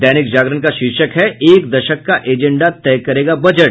दैनिक जागरण का शीर्षक है एक दशक का एजेंडा तय करेगा बजट